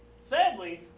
Sadly